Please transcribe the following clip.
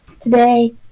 Today